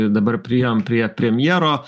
dabar priėjom prie premjero